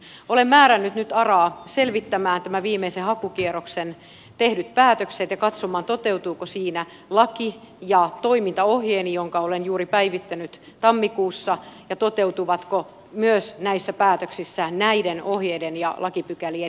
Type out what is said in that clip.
olen määrännyt nyt araa selvittämään tämän viimeisen hakukierroksen tehdyt päätökset ja katsomaan toteutuuko niissä laki ja toimintaohjeeni jonka olen juuri päivittänyt tammikuussa ja toteutuvatko näissä päätöksissä myös näiden ohjeiden ja lakipykälien henki